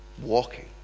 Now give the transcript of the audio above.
walking